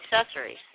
accessories